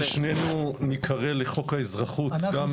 שנינו ניקרא לחוק האזרחות, אנחנו